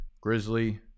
Grizzly